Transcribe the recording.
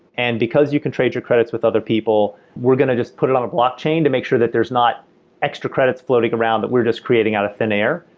and because you can trade your credits with other people, we're going to just put it on a blockchain to make sure that there's not extra credits floating around that we're just creating out of thin air.